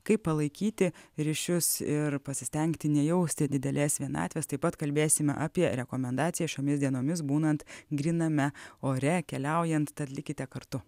kaip palaikyti ryšius ir pasistengti nejausti didelės vienatvės taip pat kalbėsime apie rekomendaciją šiomis dienomis būnant gryname ore keliaujant tad likite kartu